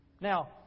Now